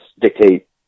dictate